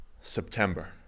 september